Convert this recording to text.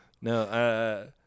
No